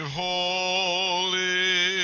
holy